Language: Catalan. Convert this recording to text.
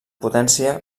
potència